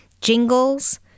jingles